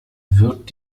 wird